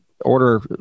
order